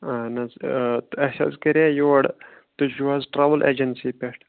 اہن حظ تہٕ اَسہِ حظ کَرے یور تُہۍ چھُو حظ ٹرٛاوٕل اٮ۪جَنسی پٮ۪ٹھ